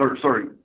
sorry